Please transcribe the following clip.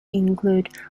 include